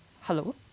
Hello